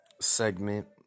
segment